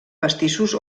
pastissos